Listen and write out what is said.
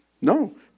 No